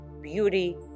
beauty